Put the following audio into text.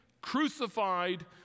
crucified